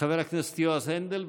חבר הכנסת יועז הנדל,